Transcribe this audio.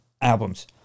albums